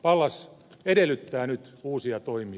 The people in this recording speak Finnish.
pallas edellyttää nyt uusia toimia